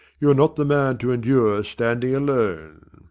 you are not the man to endure standing alone.